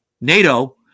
NATO